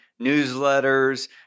newsletters